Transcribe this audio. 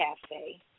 Cafe